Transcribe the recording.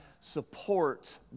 support